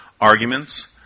arguments